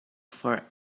for